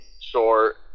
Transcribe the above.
short